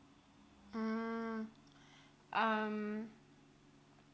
mm um